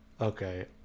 okay